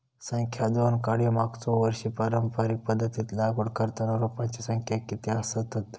संख्या दोन काडी मागचो वर्षी पारंपरिक पध्दतीत लागवड करताना रोपांची संख्या किती आसतत?